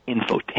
infotainment